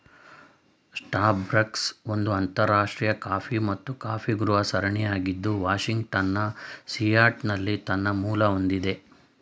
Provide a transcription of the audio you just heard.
Starbucks ಒಂದು ಅಂತರರಾಷ್ಟ್ರೀಯ coffee ಮತ್ತು ಕಾಫಿಗೃಹ ಸರಣಿಯಾಗಿದ್ದು ವಾಷಿಂಗ್ಟನ್ನ ಸಿಯಾಟಲ್ನಲ್ಲಿ ತನ್ನ ಮೂಲ ಹೊಂದಿದೆ